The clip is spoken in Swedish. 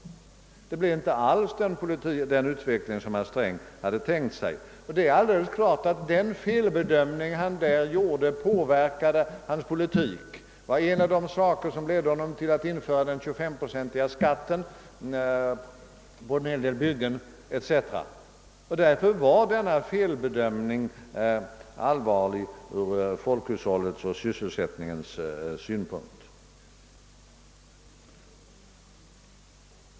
Det blev inte alls den utveckling herr Sträng tänkt sig. Alldeles klart är att den felbedömning han den gången gjorde påverkade hans politik. Det var en av de faktorer som föranledde honom att bl.a. införa den 25-procentiga skatten på en hel del byggen. Därför var denna felbedömning allvarlig från folkhushållets och sysselsättningens synpunkt.